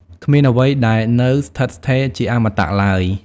គ្មានអ្វីដែលនៅស្ថិតស្ថេរជាអមតៈឡើយ។